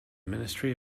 ministry